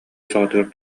саҕатыгар